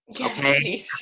Okay